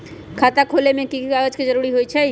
खाता खोले में कि की कागज के जरूरी होई छइ?